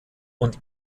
und